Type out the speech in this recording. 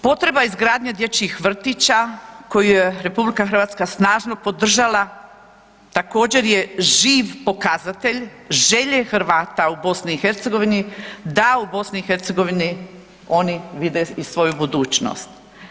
Potreba izgradnje dječjih vrtića koju je RH snažno podržala, također je živ pokazatelj želje Hrvata u BiH-u da u BiH-u oni vide i svoju budućnost.